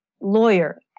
lawyer